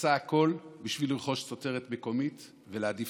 עושים הכול כדי לרכוש תוצרת מקומית ולהעדיף